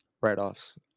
write-offs